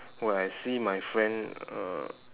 where I see my friend uh